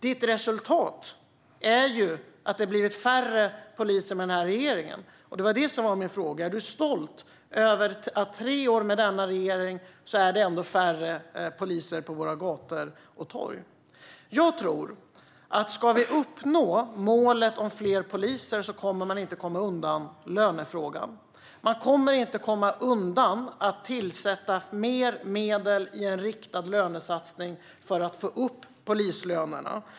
Ditt resultat, ministern, är ju att det har blivit färre poliser med den här regeringen. Det var det som var min fråga: Är du stolt över att det efter tre år med denna regering ändå är färre poliser på våra gator och torg? Om vi ska uppnå målet om fler poliser tror jag inte att man kommer att komma undan lönefrågan. Man kommer inte att komma undan att tillsätta mer medel i en riktad lönesatsning för att få upp polislönerna.